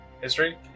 History